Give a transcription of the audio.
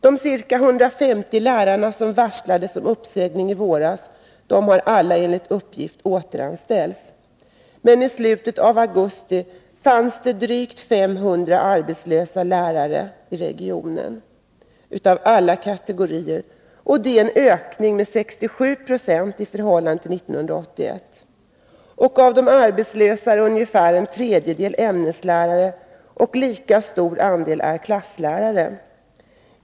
De ca 150 lärare som varslades om uppsägning i våras har alla enligt uppgift återanställts. I slutet av augusti fanns det emellertid drygt 500 arbetslösa lärare av alla kategorier i regionen — en ökning med 67 96 i förhållande till 1981. Av de arbetslösa är ungefär en tredjedel ämneslärare. En lika stor andel är klasslärare.